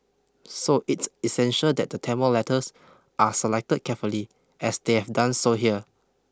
so it's essential that the Tamil letters are selected carefully as they have done so here